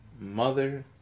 mother